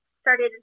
started